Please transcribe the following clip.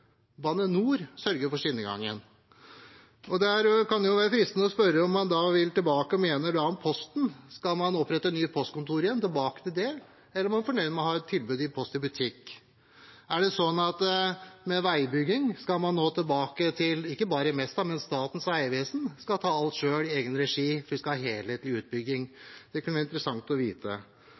Bane NOR sørger for skinnegangen. Det kan da være fristende å spørre hva man mener om Posten. Skal man opprette postkontor igjen, vil man tilbake til det? Eller er man fornøyd med å ha post i butikk? Vil man når det gjelder veibygging, tilbake til at ikke bare Mesta, men også Statens vegvesen skal ta alt selv, i egen regi, og at vi skal ha en helhetlig utbygging? Det kunne det ha vært interessant å få vite.